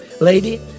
lady